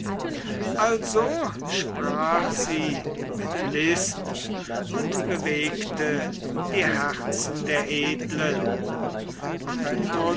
also sprach sie mit list und bewegte die herzen der edlen und